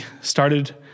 started